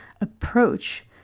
approach